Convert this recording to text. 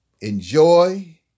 Enjoy